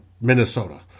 Minnesota